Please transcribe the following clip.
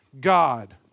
God